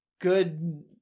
good